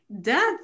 death